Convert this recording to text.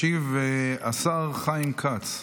ישיב השר חיים כץ,